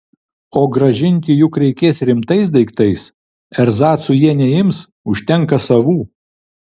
o grąžinti juk reikės rimtais daiktais erzacų jie neims užtenka savų